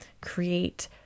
create